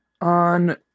On